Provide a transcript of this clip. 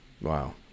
Wow